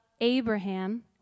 Abraham